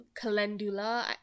calendula